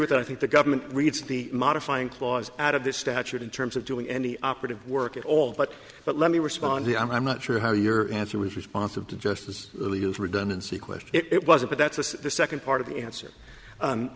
with i think the government reads the modifying clause out of this statute in terms of doing any operative work at all but but let me respond the i'm not sure how your answer was responsive to justice redundancy question it was a bit that's the second part of the answer